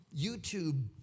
YouTube